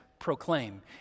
proclaim